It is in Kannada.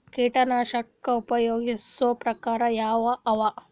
ಕೀಟನಾಶಕ ಉಪಯೋಗಿಸೊ ಪ್ರಕಾರ ಯಾವ ಅವ?